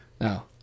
Now